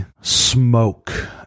smoke